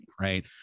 right